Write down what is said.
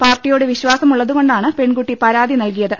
പാർട്ടിയോട് വിശ്വാസം ഉള്ളതുകൊണ്ടാ ണ് പെൺകുട്ടി പരാതി നൽകിയത്